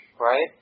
Right